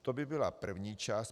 To by byla první část.